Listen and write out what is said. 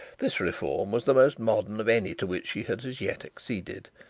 this reform was the most modern of any to which she had as yet acceded,